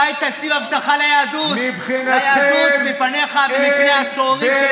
מתי תוציאו אבטחה ליהדות מפניך ומפני הצוררים של